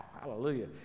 hallelujah